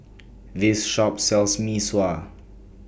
This Shop sells Mee Sua